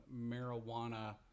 marijuana